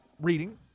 reading